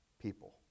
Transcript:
people